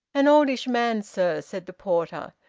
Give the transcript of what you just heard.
an oldish man, sir, said the porter,